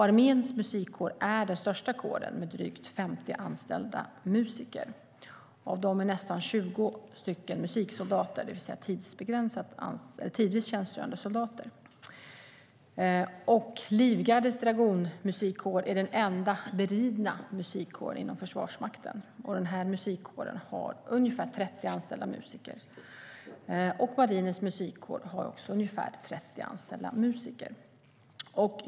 Arméns Musikkår är den största kåren med drygt 50 anställda musiker. Av dem är nästan 20 musiksoldater, det vill säga tidvis tjänstgörande soldater. Livgardets Dragonmusikkår är den beridna musikkåren inom Försvarsmakten och har ungefär 30 anställda musiker. Marinens Musikkår har också ungefär 30 anställda musiker.